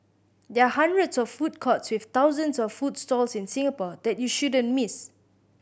there are hundreds of food courts with thousands of food stalls in Singapore that you shouldn't miss